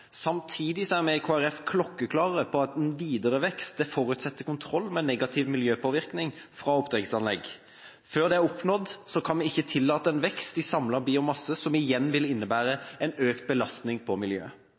Samtidig er vi i Kristelig Folkeparti klokkeklare på at en videre vekst forutsetter kontroll med negativ miljøpåvirkning fra oppdrettsanlegg. Før det er oppnådd, kan vi ikke tillate en vekst i samlet biomasse som igjen vil innebære en økt belastning på miljøet.